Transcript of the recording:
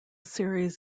series